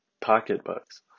pocketbooks